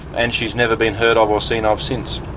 and she's never been heard of or seen ah of since.